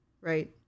right